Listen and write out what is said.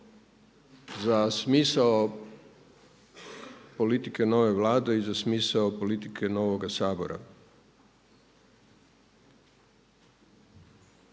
za smisao politike nove Vlade i za smisao politike novoga Sabora.